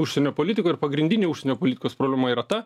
užsienio politikoj ir pagrindinė užsienio politikos problema yra ta